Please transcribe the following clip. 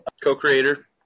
co-creator